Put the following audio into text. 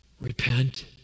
Repent